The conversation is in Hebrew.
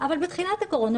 אבל בתחילת הקורונה,